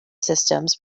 systems